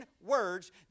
words